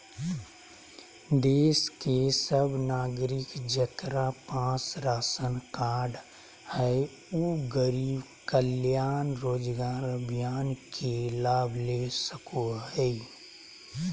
देश के सब नागरिक जेकरा पास राशन कार्ड हय उ गरीब कल्याण रोजगार अभियान के लाभ ले सको हय